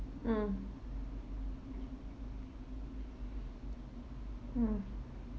mm mm